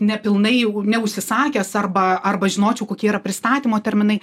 nepilnai neužsisakęs arba arba žinočiau kokie yra pristatymo terminai